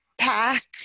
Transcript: pack